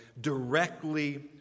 directly